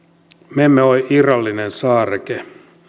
me emme ole irrallinen saareke